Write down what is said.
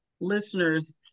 listeners